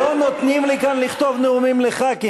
לא נותנים לי כאן לכתוב נאומים לחברי